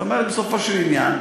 זאת אומרת, בסופו של עניין,